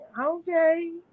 okay